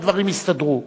שהדברים הסתדרו,